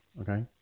okay